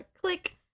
click